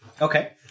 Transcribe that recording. Okay